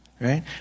right